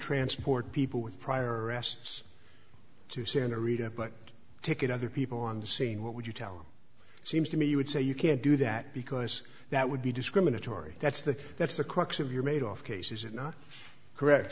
transport people with prior arrests to santa rita but ticket other people on the scene what would you tell him it seems to me you would say you can't do that because that would be discriminatory that's the that's the crux of your mate off case is it not correct